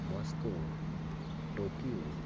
Moscow Tokyo